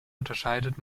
unterscheidet